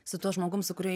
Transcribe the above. su tuo žmogum su kuriuo